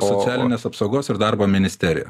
socialinės apsaugos ir darbo ministerija